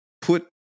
put